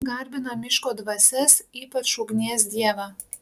garbina miško dvasias ypač ugnies dievą